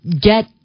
get